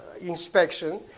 inspection